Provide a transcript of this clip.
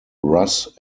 russ